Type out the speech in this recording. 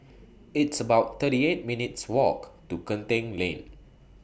It's about thirty eight minutes' Walk to Genting Lane